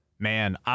Man